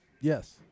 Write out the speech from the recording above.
Yes